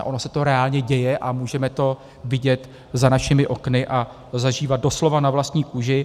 Ono se to reálně děje a můžeme to vidět za našimi okny a zažívat doslova na vlastní kůži.